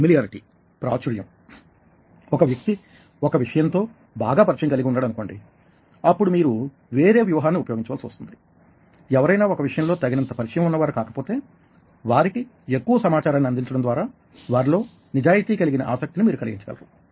familiarity ప్రాచుర్యం ఒక వ్యక్తి ఒక విషయం తో బాగా పరిచయం కలిగి ఉన్నాడు అనుకోండి అప్పుడు మీరు వేరే వ్యూహాన్ని ఉపయోగించవలసి వస్తుంది ఎవరైనా ఒక విషయంలో తగినంత పరిచయం ఉన్నవారు కాకపోతే వారికి ఎక్కువ సమాచారాన్ని అందించడం ద్వారా వారిలో నిజాయితీ కలిగిన ఆసక్తిని మీరు కలిగించగలరు